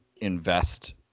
Invest